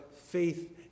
faith